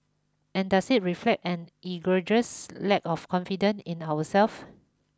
and does it reflect an egregious lack of confidence in ourselves